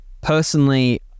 Personally